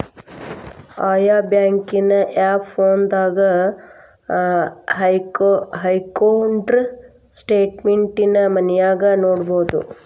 ಆಯಾ ಬ್ಯಾಂಕಿನ್ ಆಪ್ ಫೋನದಾಗ ಹಕ್ಕೊಂಡ್ರ ಸ್ಟೆಟ್ಮೆನ್ಟ್ ನ ಮನ್ಯಾಗ ನೊಡ್ಬೊದು